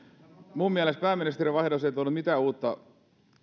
minun mielestäni pääministerin vaihdos ei tuonut mitään uutta